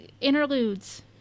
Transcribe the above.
interludes